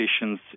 patients